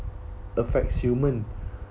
affects human